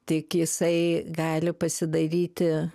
tik jisai gali pasidaryti